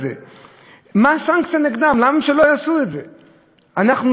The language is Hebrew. הצרכנים האלה שקנו, אנחנו לא נותנים להם שום הגנה.